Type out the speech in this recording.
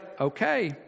okay